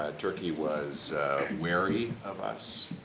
ah turkey was weary of us.